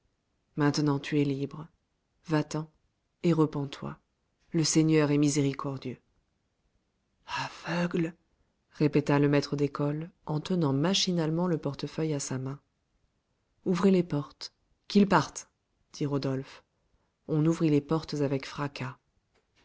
maintenant tu es libre va-t'en et repens-toi le seigneur est miséricordieux aveugle répéta le maître d'école en tenant machinalement le portefeuille à sa main ouvrez les portes qu'il parte dit rodolphe on ouvrit les portes avec fracas